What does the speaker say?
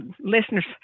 listeners